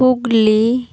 Hooghly